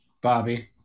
Bobby